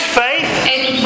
faith